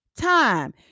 time